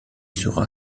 sera